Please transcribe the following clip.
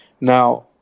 Now